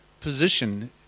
position